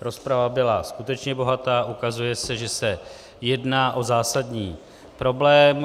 Rozprava byla skutečně bohatá, ukazuje se, že se jedná o zásadní problém.